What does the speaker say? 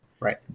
Right